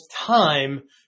time